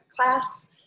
class